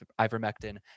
Ivermectin